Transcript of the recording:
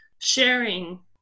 sharing